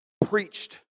preached